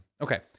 Okay